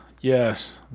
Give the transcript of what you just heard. Yes